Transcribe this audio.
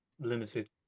limited